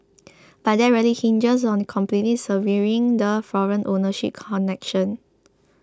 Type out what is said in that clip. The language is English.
but that really hinges on completely severing the foreign ownership connection